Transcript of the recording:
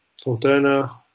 Fontana